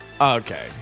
Okay